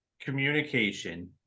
communication